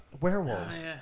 werewolves